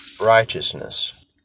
righteousness